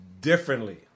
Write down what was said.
differently